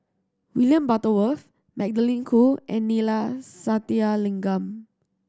William Butterworth Magdalene Khoo and Neila Sathyalingam